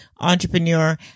Entrepreneur